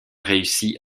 réussit